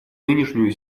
нынешнюю